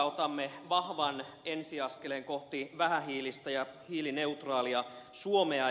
otamme vahvan ensi askeleen kohti vähähiilistä ja hiilineutraalia suomea